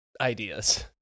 ideas